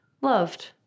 loved